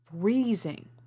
Freezing